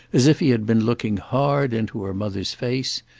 as if he had been looking hard into her mother's face,